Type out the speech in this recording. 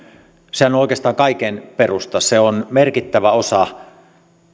sehän on oikeastaan kaiken perusta se on merkittävä osa